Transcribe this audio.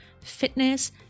fitness